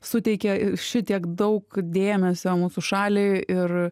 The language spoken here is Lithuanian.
suteikė šitiek daug dėmesio mūsų šaliai ir